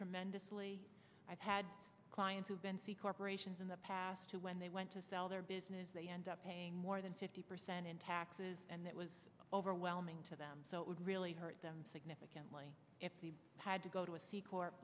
tremendously i've had clients have been c corporations in the past who when they went to sell their business they end up paying more than fifty percent in taxes and that was overwhelming to them so it would really hurt them significantly if they had to go to a sequel